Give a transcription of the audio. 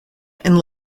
and